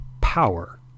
power